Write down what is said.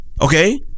Okay